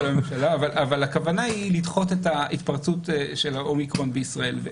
הכוונה היא לדחות את ההתפרצות של האומיקרון בישראל.